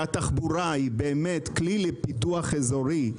כשהתחבורה היא כלי לפיתוח אזורי,